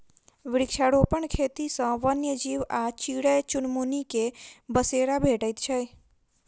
वृक्षारोपण खेती सॅ वन्य जीव आ चिड़ै चुनमुनी के बसेरा भेटैत छै